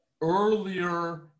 earlier